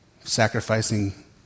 sacrificing